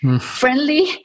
friendly